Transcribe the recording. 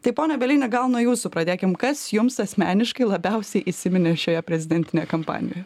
tai pone bielini gal nuo jūsų pradėkim kas jums asmeniškai labiausiai įsiminė šioje prezidentinėj kampanijoje